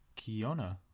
Kiana